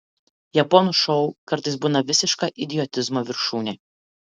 japonų šou kartais būna visiška idiotizmo viršūnė